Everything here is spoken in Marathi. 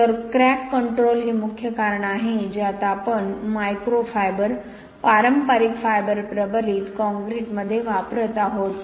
तर क्रॅक कंट्रोल हे मुख्य कारण आहे जे आता आपण मायक्रो फायबर पारंपरिक फायबर प्रबलित काँक्रीटमध्ये वापरत आहोत